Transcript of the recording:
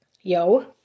Yo